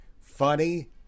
funny